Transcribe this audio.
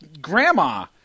grandma